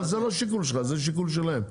אבל זה לא שיקול שלך, זה שיקול שלהם.